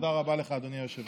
תודה רבה לך, אדוני היושב-ראש.